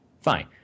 fine